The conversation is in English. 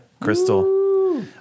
Crystal